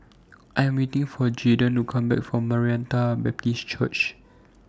I Am waiting For Jaydan to Come Back from Maranatha Baptist Church